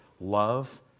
love